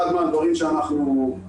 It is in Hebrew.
אחד מהדברים שאני